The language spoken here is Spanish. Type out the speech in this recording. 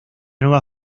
nueva